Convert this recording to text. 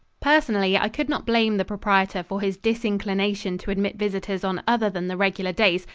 personally, i could not blame the proprietor for his disinclination to admit visitors on other than the regular days,